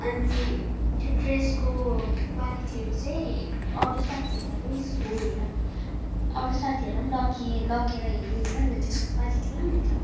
अनि त्यो ड्रेसको क्वालिटीहरू चाहिँ अरू साथीहरूलाई पनि सुनाइहेर अरू साथीहरूलाई पनि लगे लगेर हेरिहेर न त्यसको क्वालिटी राम्रो छ